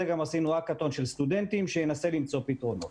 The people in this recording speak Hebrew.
גם עשינו האקתון של סטודנטים שינסה למצוא פתרונות,